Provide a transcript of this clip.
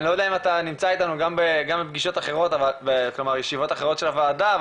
אני לא יודע אם אתה נמצא איתנו גם בישיבות אחרות של הוועדה,